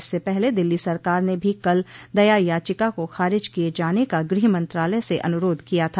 इससे पहले दिल्ली सरकार ने भी कल दया याचिका को खारिज किये जाने का गृह मंत्रालय से अनुरोध किया था